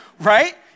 right